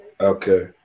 Okay